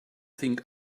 think